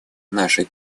нашей